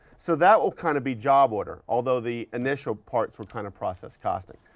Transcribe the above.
so that will kind of be job order, although the initial parts were kind of process costing.